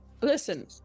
listen